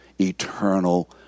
eternal